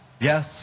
Yes